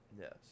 Yes